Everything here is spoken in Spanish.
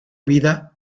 vida